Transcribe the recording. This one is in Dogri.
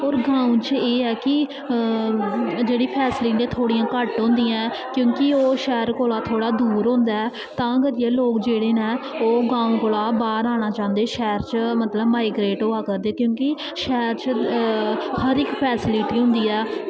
और गांव च एह् ऐ कि जेह्ड़ी फैसलिटियां घट्ट होंदियां नैं क्योंकि ओह् शैह्र कोला दा दूर होंदा ऐ तां करियै ओह् गांव कोला दा बाह्र आनां चांह्दे शैह्र च माईग्रेट होआ करदे क्योंकि शैह्र च हर इक फैसिलिटी होंदी ऐ